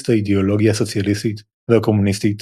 את האידאולוגיה הסוציאליסטית והקומוניסטית